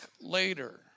later